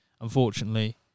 Unfortunately